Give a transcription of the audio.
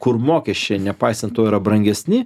kur mokesčiai nepaisant to yra brangesni